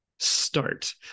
start